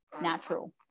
natural